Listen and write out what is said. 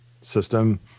system